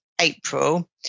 April